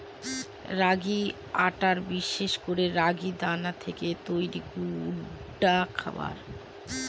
রাগির আটা বিশেষ করে রাগির দানা থেকে তৈরি গুঁডা খাবার